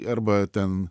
arba ten